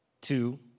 two